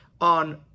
on